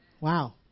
Wow